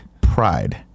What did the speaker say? pride